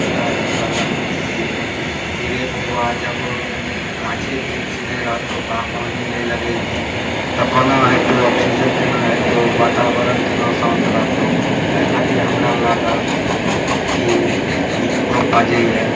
पिताजी कहलक हमरा कि रे बौआ जब गाछे वृक्ष नहि रहतौ बागवानी नहि लगेबही तऽ कोना हेतौ ऑक्सीजन केना हेतौ वातावरण केना शान्त रहतौ अइ खातिर हमरा लागल कि नीक गप बाजै यऽ